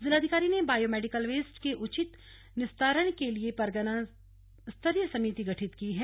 जिलाधिकारी ने bio medical waste के उचित निस्तारण के लिए परगना स्तरीय समिति गठित की है